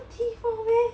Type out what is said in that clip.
T four meh